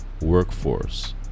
workforce